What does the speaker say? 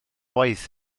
waith